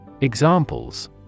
Examples